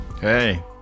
Hey